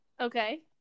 Okay